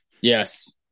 Yes